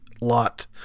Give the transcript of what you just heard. Lot